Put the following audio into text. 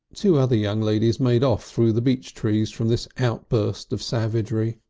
two other young ladies made off through the beech trees from this outburst of savagery.